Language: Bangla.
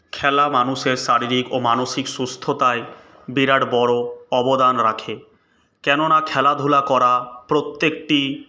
খেলা মানুষের শারীরিক ও মানসিক সুস্থতায় বিরাট বড় অবদান রাখে কেননা খেলাধূলা করা প্রত্যেকটি